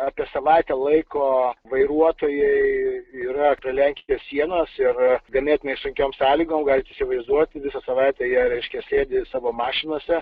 apie savaitę laiko vairuotojai yra prie lenkijos sienos ir ganėtinai sunkiom sąlygom galit įsivaizduoti visą savaitę jie reiškia sėdi savo mašinose